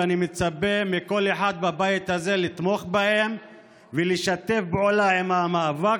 ואני מצפה מכל אחד בבית הזה לתמוך בהם ולשתף פעולה עם המאבק